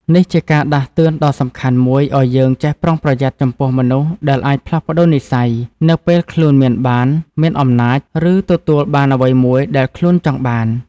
នេះជាការដាស់តឿនដ៏សំខាន់មួយឲ្យយើងចេះប្រុងប្រយ័ត្នចំពោះមនុស្សដែលអាចផ្លាស់ប្តូរនិស្ស័យនៅពេលខ្លួនមានបាន មានអំណាច ឬទទួលបានអ្វីមួយដែលខ្លួនចង់បាន។